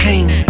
King